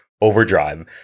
overdrive